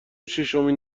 شیشمین